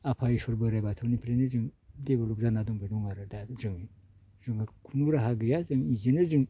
आफा इसर बोराइ बाथौनिफ्रायनो जोङो डेभेलप जाना दंबाय दं दा जों जों खुनु राहा गैया इदिनो जों